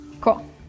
Cool